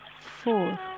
four